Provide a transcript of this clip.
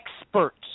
experts